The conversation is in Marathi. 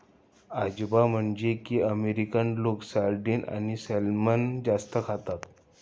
आजोबा म्हणाले की, अमेरिकन लोक सार्डिन आणि सॅल्मन जास्त खातात